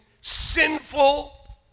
sinful